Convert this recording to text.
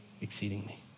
exceedingly